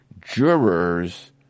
jurors